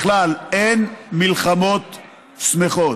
בכלל, אין מלחמות שמחות.